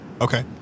Okay